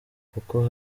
kuko